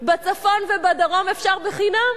בצפון ובדרום אפשר בחינם.